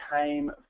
came